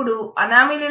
ఇపుడు అనామలీ